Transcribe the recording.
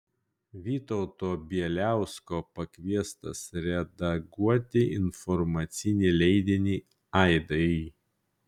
vytauto bieliausko pakviestas redaguoti informacinį leidinį aidai